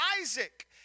Isaac